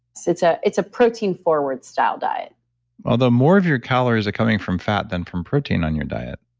it's ah it's a protein-forward style diet ah the more of your calories are coming from fat than from protein on your diet